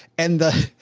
and the,